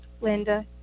Linda